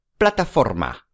plataforma